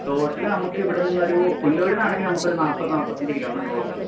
total നമുക്ക് ഇവിടന്ന് ഒര് പൂനലുരുനിന്ന് ആണെങ്കിൽ നമുക്ക് ഒരു നാൽപ്പതു നാല്പതഞ്ചു കിലോമീറ്റെറോളം വരും